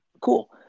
Cool